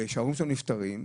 שההורים שלו נפטרים,